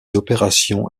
opérations